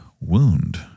wound